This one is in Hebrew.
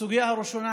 הסוגיה הראשונה,